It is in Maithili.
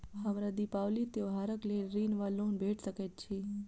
हमरा दिपावली त्योहारक लेल ऋण वा लोन भेट सकैत अछि?